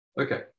Okay